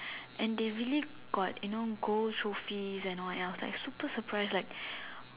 and they really got you know gold trophies and all and I was like super surprise like